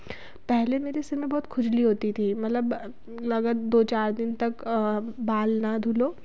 पहले मेरे सिर में बहुत खुजली होती थी मतलब लगभग दो चार दिन तक बाल ना धुलो